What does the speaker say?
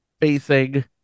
facing